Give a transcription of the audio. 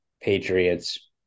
Patriots